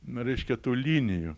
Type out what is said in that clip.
nu reiškia tų linijų